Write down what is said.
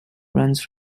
runs